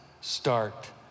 start